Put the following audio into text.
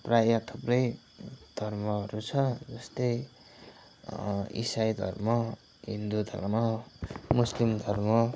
प्राय थुप्रै धर्महरू छ जस्तै इसाई धर्म हिन्दू धर्म मुस्लिम धर्म